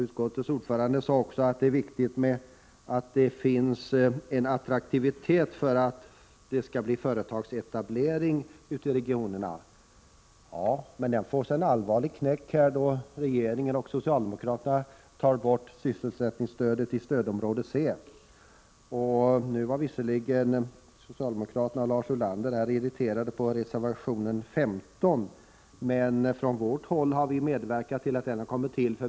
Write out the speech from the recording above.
Utskottets ordförande sade också att det är viktigt att det är attraktivt att etablera företag ute i regionerna. Ja, men den aktiviteten får sig en allvarlig knäck då regeringen och socialdemokraterna tar bort sysselsättningsstödet till stödområde C. Lars Ulander var irriterad över reservation 19. Från vårt håll har vi medverkat till att den har kommit till.